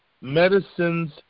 medicines